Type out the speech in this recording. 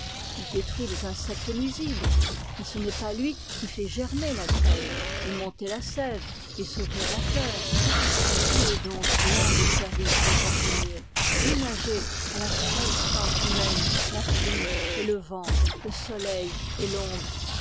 détruit les insectes nuisibles mais ce n'est pas lui qui fait germer la graine et monter la sève et s'ouvrir la fleur agréez donc l'humble service du jardinier ménagez à la frêle plante humaine la pluie et le vent le soleil et l'ombre